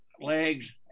legs